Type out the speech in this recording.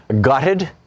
gutted